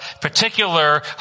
particular